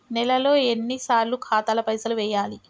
నెలలో ఎన్నిసార్లు ఖాతాల పైసలు వెయ్యాలి?